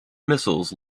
missiles